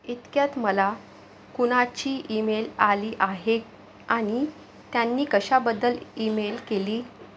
इतक्यात मला कुणाची ईमेल आली आहे आणि त्यांनी कशाबद्दल ईमेल केली